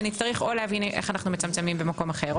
ונצטרך להבין או איך אנחנו מצמצמים במקום אחר,